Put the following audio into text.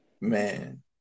man